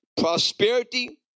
prosperity